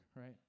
right